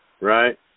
right